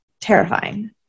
terrifying